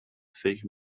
فکر